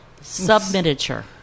Sub-miniature